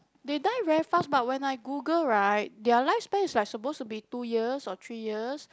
they die very fast but when I Google right their life span is like supposed to be two years or three years